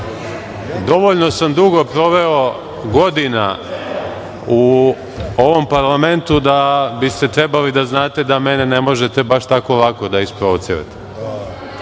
sam dugo proveo godina u ovom parlamentu da biste trebali da znate da mene ne možete baš tako lako da isprovocirate.